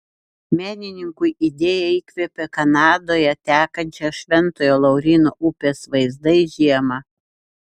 menininkui idėją įkvėpė kanadoje tekančios šventojo lauryno upės vaizdai žiemą